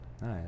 Nice